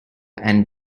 and